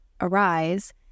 arise